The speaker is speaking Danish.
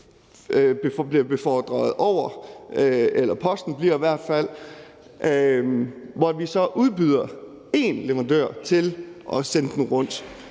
bliver befordret over, og hvor vi så udbyder én leverandør til at sende dem rundt.